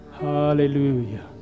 hallelujah